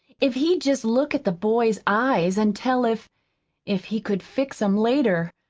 if he'd jest look at the boy's eyes an' tell if if he could fix em later.